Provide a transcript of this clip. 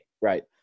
right